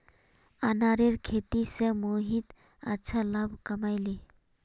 अनारेर खेती स मोहित अच्छा लाभ कमइ ले